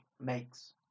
makes